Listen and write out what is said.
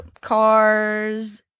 cars